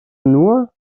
nur